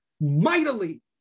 mightily